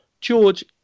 George